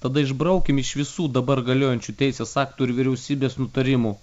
tada išbraukim iš visų dabar galiojančių teisės aktų ir vyriausybės nutarimų